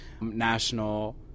national